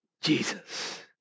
Jesus